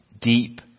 deep